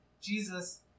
Jesus